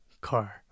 car